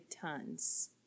tons